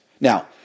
Now